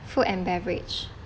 food and beverage